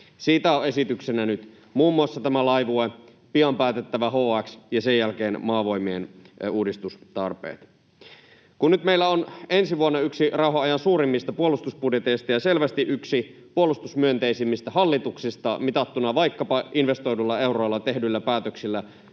Siitä ovat esityksenä nyt muun muassa tämä Laivue, pian päätettävä HX ja sen jälkeen Maavoimien uudistustarpeet. Kun meillä on nyt ensi vuonna yksi rauhanajan suurimmista puolustusbudjeteista ja selvästi yksi puolustusmyönteisimmistä hallituksista mitattuna vaikkapa investoiduilla euroilla, tehdyillä päätöksillä,